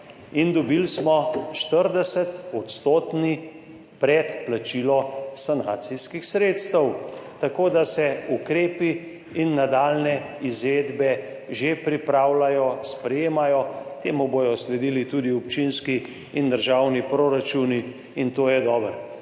in dobili smo 40-odstotno predplačilo sanacijskih sredstev, tako da se ukrepi in nadaljnje izvedbe že pripravljajo, sprejemajo, temu bodo sledili tudi občinski in državni proračuni in to je dobro.